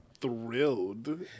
thrilled